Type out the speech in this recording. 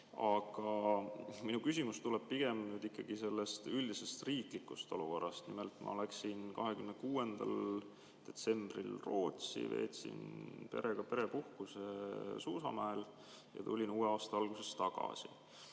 Aga minu küsimus tuleb pigem üldise riikliku olukorra kohta. Nimelt, ma läksin 26. detsembril Rootsi, veetsin perega puhkuse suusamäel ja tulin uue aasta alguses tagasi.